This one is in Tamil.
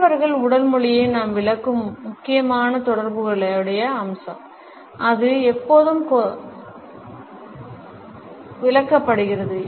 மற்றவர்களின் உடல் மொழியை நாம் விளக்கும் முக்கியமான தொடர்புடைய அம்சம் அது எப்போதும் கொத்துக்களில் விளக்கப்படுகிறது